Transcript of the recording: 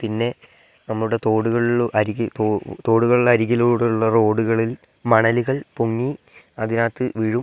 പിന്നെ നമ്മുടെ തോടുകളിൽ അരികിൽ തോടുകളുടെ അരികിലൂടെ റോഡുകളിൽ മണലുകൾ പൊങ്ങി അതിനകത്ത് വീഴും